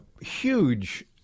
huge